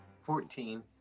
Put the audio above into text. Fourteen